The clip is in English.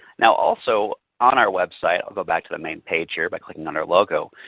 now also on our website, i'll go back to the main page here by clicking on our logo,